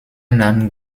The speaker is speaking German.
nahm